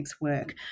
work